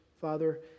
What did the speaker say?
Father